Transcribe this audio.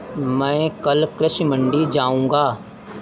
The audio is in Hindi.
मैं कल कृषि मंडी जाऊँगा